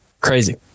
Crazy